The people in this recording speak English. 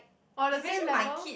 or the same level